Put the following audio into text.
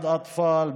פעוטונים,